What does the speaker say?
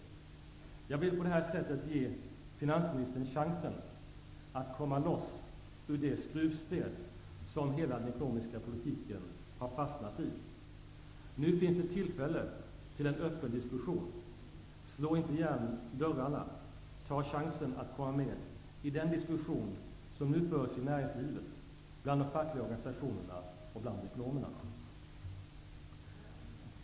Jag vill på det här sättet ge finansministern chansen att komma loss ur det skruvstäd som hela den ekonomiska politiken har fastnat i. Nu finns det tillfälle till en öppen diskussion. Slå inte igen dörrarna! Ta chansen att komma med i den diskussion som nu förs i näringslivet, bland de fackliga organisationerna och bland ekonomerna!